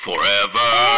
Forever